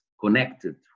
connected